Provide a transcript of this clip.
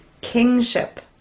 kingship